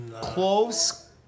Close